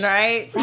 right